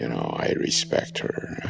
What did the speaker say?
you know i respect her and